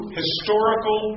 historical